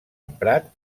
emprat